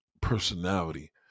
personality